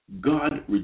God